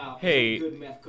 Hey